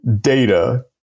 data